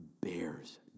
bears